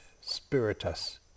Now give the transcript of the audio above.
spiritus